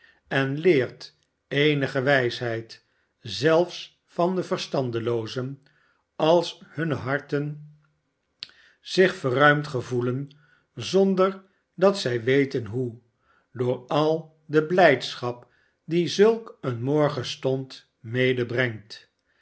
en leert eenige wijsheid zelfs van de verstandeloozen als hunne harten zich verruimd gevoelen zonder dat zij weten hoe door al de blijdschap die zulk een morgenstond medebrengt